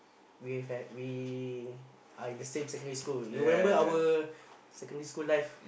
we had we are in the same secondary school you remember our secondary school life